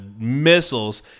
missiles